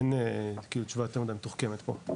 אין תשובה יותר מידי מתוחכמת פה.